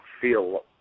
feel